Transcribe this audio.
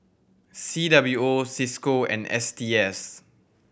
C W O Cisco and S T S